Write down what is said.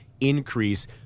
increase